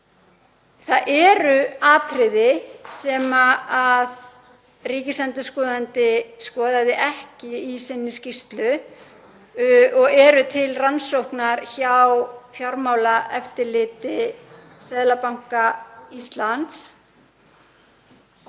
Það eru atriði sem ríkisendurskoðandi skoðaði ekki í sinni skýrslu og eru til rannsóknar hjá Fjármálaeftirliti Seðlabanka Íslands.